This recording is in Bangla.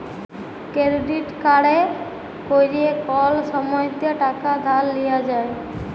কেরডিট কাড়ে ক্যরে কল সময়তে টাকা ধার লিয়া যায়